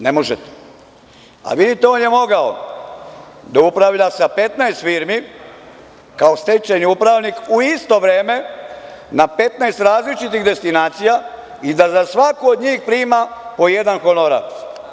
Ne možete, ali vidite on je mogao da upravlja sa 15 firmi kao stečajni upravnik, u isto vreme na 15 različitih destinacija i da za svaku od njih prima po jedan honorar.